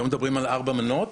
היום מדברים על ארבע מנות.